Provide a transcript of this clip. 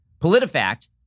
PolitiFact